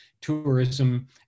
tourism